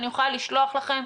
אני יכולה לשלוח לכם.